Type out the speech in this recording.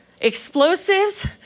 explosives